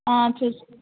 చూస్